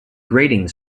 grating